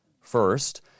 First